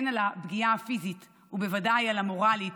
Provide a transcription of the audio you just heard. הן על הפגיעה הפיזית ובוודאי על המורלית,